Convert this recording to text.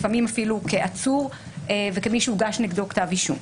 לפעמים אפילו כעצור וכמי שהוגש נגדו כתב אישום.